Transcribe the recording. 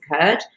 occurred